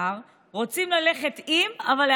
שאנחנו לא